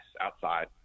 outside